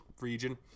region